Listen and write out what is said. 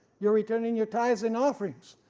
you're returning your tithes and offerings,